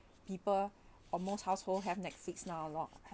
people are household have netflix now a lot